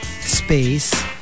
Space